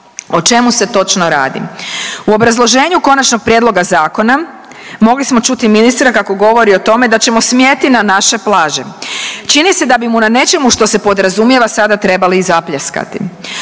O čemu se točno radi? U obrazloženju konačnog prijedloga zakona mogli smo čuti ministra kako govori o tome da ćemo smjeti na naše plaže. Čini se da bi mu na nečemu što se podrazumijeva sada trebali i zapljeskati.